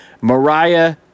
Mariah